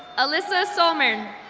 alyss ah somrin.